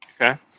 Okay